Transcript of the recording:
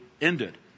ended